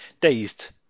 Dazed